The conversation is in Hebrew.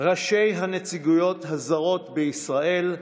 ראשי הנציגויות הזרות בישראל,